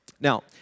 Now